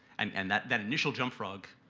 and and that that initial jumpfrog,